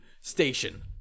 station